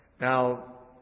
Now